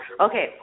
Okay